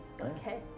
Okay